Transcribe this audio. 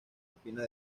espina